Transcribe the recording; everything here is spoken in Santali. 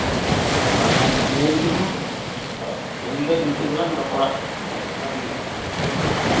ᱵᱟᱰᱟᱭ ᱛᱟᱦᱮᱭᱮᱱ ᱛᱤᱧᱟᱹ ᱟᱫᱚ ᱛᱮᱦᱮᱧ ᱫᱚ ᱤᱱᱠᱟᱹ ᱜᱮᱞᱟᱝ ᱨᱚᱯᱚᱲᱟ ᱱᱚᱸᱰᱮ ᱜᱮᱞᱟᱝ ᱢᱩᱪᱟᱹᱫᱟ